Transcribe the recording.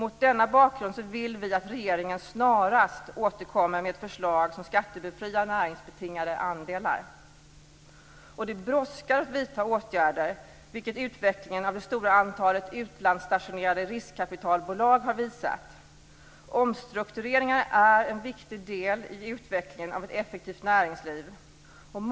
Mot denna bakgrund vill vi att regeringen snarast återkommer med ett förslag som skattebefriar näringsbetingade andelar. Det brådskar att vidta åtgärder, vilket utvecklingen av det stora antalet utlandsstationerade riskkapitalbolag har visat. Omstruktureringar är en viktig del i utvecklingen av ett effektivt näringsliv.